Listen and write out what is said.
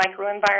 microenvironment